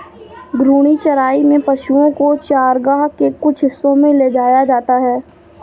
घूर्णी चराई में पशुओ को चरगाह के कुछ हिस्सों में ले जाया जाता है